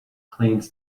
cleans